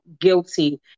guilty